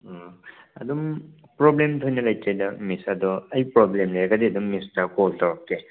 ꯎꯝ ꯑꯗꯨꯝ ꯄ꯭ꯔꯣꯕ꯭ꯂꯦꯝ ꯊꯣꯏꯅ ꯂꯩꯇ꯭ꯔꯦꯗ ꯃꯤꯁ ꯑꯗꯣ ꯑꯩ ꯄ꯭ꯔꯣꯕ꯭ꯂꯦꯝ ꯂꯩꯔꯒꯗꯤ ꯑꯗꯨꯝ ꯃꯤꯁꯇ ꯀꯣꯜ ꯇꯧꯔꯛꯀꯦ